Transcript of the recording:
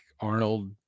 Arnold